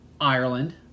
Ireland